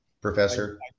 Professor